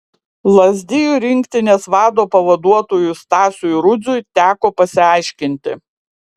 lazdijų rinktinės vado pavaduotojui stasiui rudziui teko pasiaiškinti